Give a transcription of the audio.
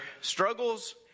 struggles